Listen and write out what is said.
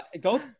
Go